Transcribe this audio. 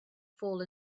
fall